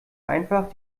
einfach